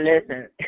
Listen